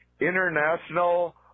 international